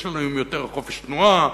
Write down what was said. יש לנו היום יותר חופש תנועה